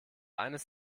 eines